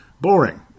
boring